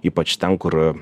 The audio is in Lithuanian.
ypač ten kur